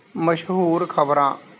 ਮਸ਼ਹੂਰ ਖ਼ਬਰਾਂ